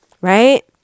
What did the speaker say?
right